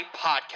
podcast